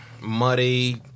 muddy